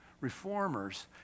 reformers